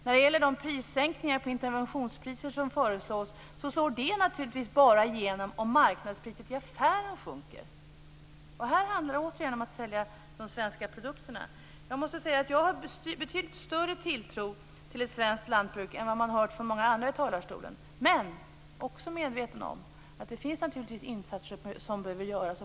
När det gäller de sänkningar på interventionspriser som föreslås slår de naturligtvis bara igenom om marknadspriset i affären sjunker. Här handlar det återigen om att sälja de svenska produkterna. Jag måste säga att jag har betydligt större tilltro till ett svenskt lantbruk än vad jag har hört från många andra i talarstolen. Men jag är också medveten om att det behöver göras insatser.